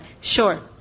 Sure